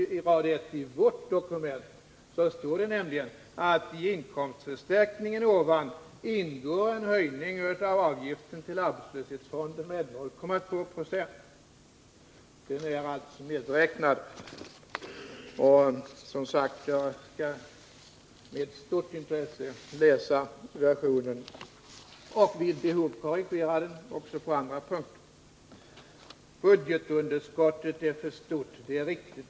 På rad 1 i vårt dokument står nämligen: ”I inkomstförstärkningen ovan ingår en höjning av arbetsgivaravgiften till arbetslöshetsfonden med 0,2 26.” Det är alltså medräknat. Jag skall sålunda med stort intresse läsa den nya versionen och vid behov korrigera den också på andra punkter. Budgetunderskottet är för stort — det är riktigt.